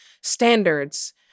standards